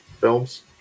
films